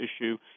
issue